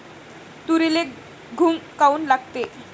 तुरीले घुंग काऊन लागते?